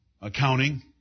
Accounting